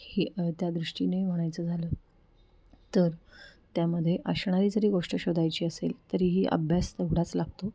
ही त्यादृष्टीने म्हणायचं झालं तर त्यामध्ये असणारी जरी गोष्ट शोधायची असेल तरी ही अभ्यास तेवढाच लागतो